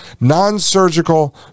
Non-Surgical